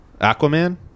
Aquaman